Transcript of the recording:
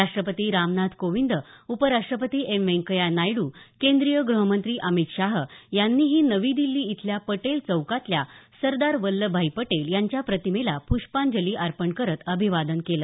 राष्ट्रपती रामनाथ कोविंद उपराष्टपती एम व्यंकय्या नायड्र केंद्रीय गृहमंत्री अमित शाह यांनीही नवी दिल्ली इथल्या पटेल चौकातल्या सरदार वल्लभभाई पटेल यांच्या प्रतिमेला प्ष्पांजली अर्पण करीत अभिवादन केलं